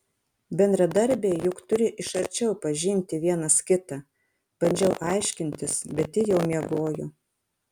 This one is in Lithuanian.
bendradarbiai juk turi iš arčiau pažinti vienas kitą bandžiau aiškintis bet ji jau miegojo